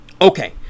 okay